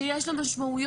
שיש לה משמעויות,